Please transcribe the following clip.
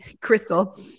Crystal